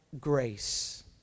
grace